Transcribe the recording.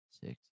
six